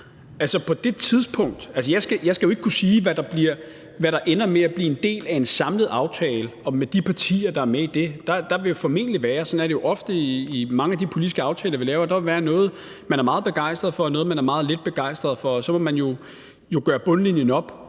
jeg skal jo ikke kunne sige, hvad der ender med at blive en del af en samlet aftale, og med de partier, der er med i det, vil det formentlig være sådan – og sådan er det jo ofte i mange af de politiske aftaler, vi laver – at der er noget, man er meget begejstret for, og noget, man er meget lidt begejstret for. Og så må man jo gøre bundlinjen op: